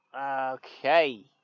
okay